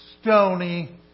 stony